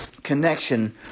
Connection